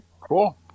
cool